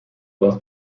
was